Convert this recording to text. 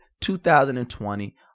2020